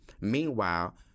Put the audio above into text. Meanwhile